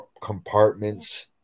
compartments